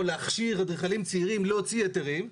להכשיר אדריכלים צעירים להוציא היתרים.